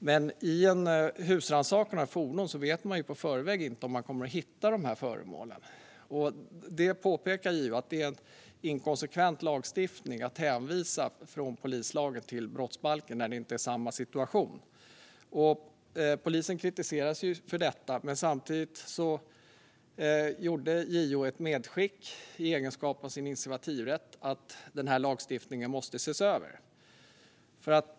Vid en husrannsakan i ett fordon vet man däremot inte på förhand om man kommer att hitta de här föremålen. JO påpekar att det är en inkonsekvent lagstiftning att hänvisa från polislagen till brottsbalken när det inte handlar om samma situation. För detta kritiserades polisen. Men JO gjorde samtidigt ett medskick, med hänvisning till sin initiativrätt, om att denna lagstiftning måste ses över.